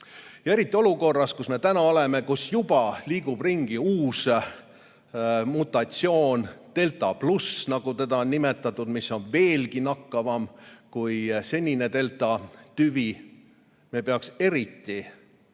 Eriti olukorras, kus me täna oleme, kus juba liigub ringi uus mutatsioon, delta+, nagu seda on nimetatud, mis on veelgi nakkavam kui senine deltatüvi, peaksime